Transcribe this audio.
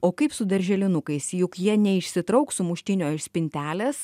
o kaip su darželinukais juk jie neišsitrauks sumuštinio iš spintelės